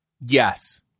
Yes